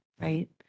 right